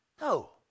No